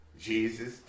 Jesus